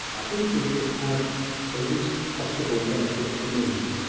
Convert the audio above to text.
i think we shall have the least possible benefit of the moon.